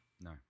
No